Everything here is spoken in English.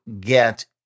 get